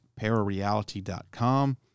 parareality.com